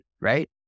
Right